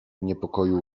niepokoju